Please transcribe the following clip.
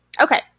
Okay